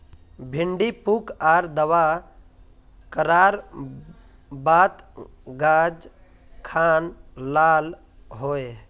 भिन्डी पुक आर दावा करार बात गाज खान लाल होए?